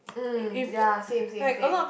um ya same same same